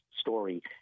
story